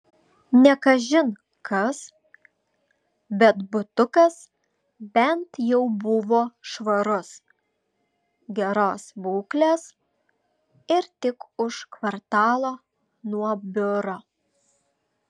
ne kažin kas bet butukas bent jau buvo švarus geros būklės ir tik už kvartalo nuo biuro